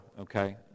Okay